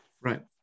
Right